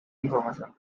information